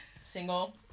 single